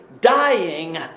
dying